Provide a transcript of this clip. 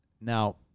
Now